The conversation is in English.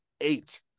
eight